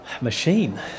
machine